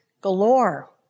galore